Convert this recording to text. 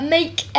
Make